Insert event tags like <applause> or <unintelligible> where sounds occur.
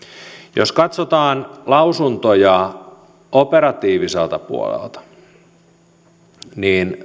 jos katsotaan lausuntoja operatiiviselta puolelta niin <unintelligible>